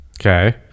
okay